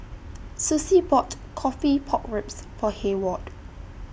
Sussie bought Coffee Pork Ribs For Heyward